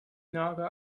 nager